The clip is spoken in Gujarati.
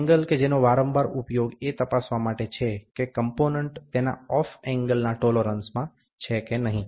એંગલ કે જેનો વારંવાર ઉપયોગ એ તપાસવા માટે છે કે કમ્પોનન્ટ તેના ઓફ એંગલના ટોલોરન્સમાં છે કે નહીં